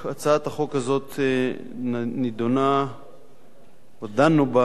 הצעת החוק הזאת נדונה, או דנו בה,